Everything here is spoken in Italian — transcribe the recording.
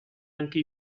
anche